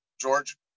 George